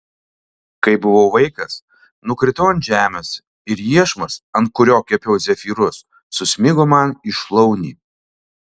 kai buvau vaikas nukritau ant žemės ir iešmas ant kurio kepiau zefyrus susmigo man į šlaunį